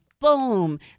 boom